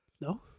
No